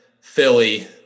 Philly